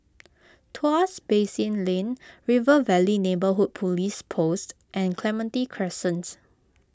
Tuas Basin Lane River Valley Neighbourhood Police Post and Clementi Crescents